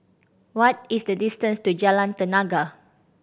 what is the distance to Jalan Tenaga